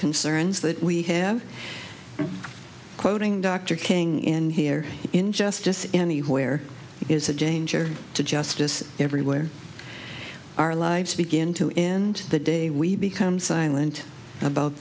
concerns that we have quoting dr king in here injustice anywhere is a danger to justice everywhere our lives begin to end the day we become silent about